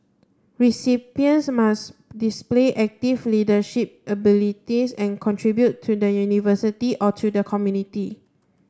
recipients must display active leadership abilities and contribute to the University or to the community